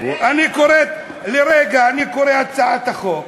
אני קורא לרגע את הצעת החוק,